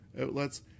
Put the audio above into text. outlets